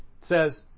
says